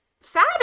sad